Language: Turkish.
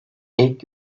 i̇lk